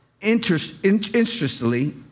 interestingly